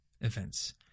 events